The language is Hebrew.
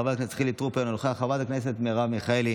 חברת הכנסת יוליה מלינובסקי,